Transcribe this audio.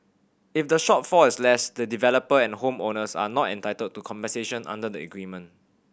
if the shortfall is less the developer and home owners are not entitled to compensation under the agreement